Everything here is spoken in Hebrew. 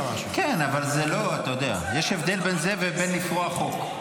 כן, אבל אתה יודע, יש הבדל בין זה לבין לפרוע חוק.